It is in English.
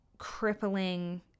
crippling